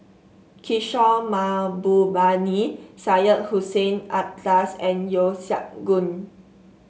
Kishore Mahbubani Syed Hussein Alatas and Yeo Siak Goon